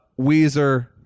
Weezer